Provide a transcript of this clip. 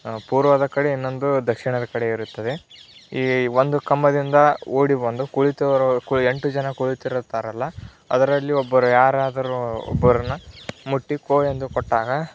ಪೂರ್ವದ ಕಡೆ ಇನ್ನೊಂದು ದಕ್ಷಿಣದ ಕಡೆ ಇರುತ್ತದೆ ಈ ಒಂದು ಕಂಬದಿಂದ ಓಡಿ ಬಂದು ಕುಳಿತವರ ಕುಳಿ ಎಂಟು ಜನ ಕುಳಿತಿರುತ್ತಾರಲ್ಲ ಅದರಲ್ಲಿ ಒಬ್ಬರು ಯಾರಾದರೂ ಒಬ್ಬರನ್ನು ಮುಟ್ಟಿ ಖೋ ಎಂದು ಕೊಟ್ಟಾಗ